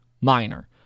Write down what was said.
minor